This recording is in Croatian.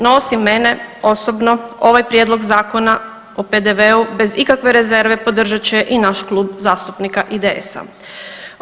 No, osim mene osobno, ovaj Prijedlog Zakona o PDV-u bez ikakve rezerve podržat će i naš Klub zastupnika IDS-a.